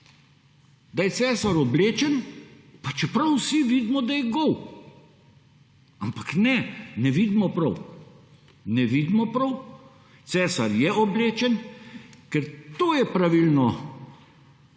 da je cesar oblečen, pa čeprav vsi vidimo, da je gol. Ampak ne, ne vidimo prav. Ne vidimo prav. Cesar je oblečen, ker to je pravilno